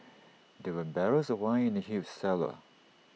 there were barrels of wine in the huge cellar